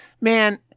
man